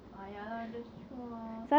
ah ya lor that's true lor